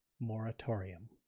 Moratorium